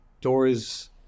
doors